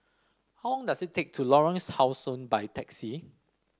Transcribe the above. how long does it take to Lorongs How Sun by taxi